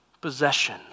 possession